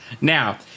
Now